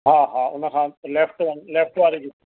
हा हा हुनखां लेफ्ट वारे लेफ्ट वारे जी